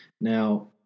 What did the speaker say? Now